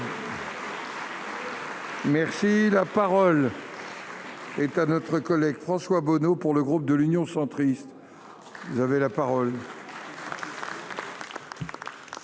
Merci, la parole. C'est à notre collègue François Bonneau pour le groupe de l'Union centriste. Vous avez la parole.